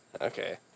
Okay